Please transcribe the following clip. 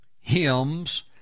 hymns